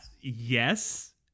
yes